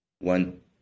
one